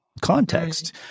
context